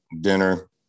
dinner